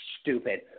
stupid